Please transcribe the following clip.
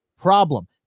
problem